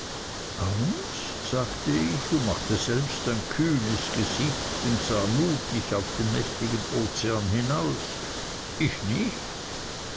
angst sagte ich und machte selbst ein kühnes gesicht und sah mutig auf den mächtigen ozean hinaus ich nicht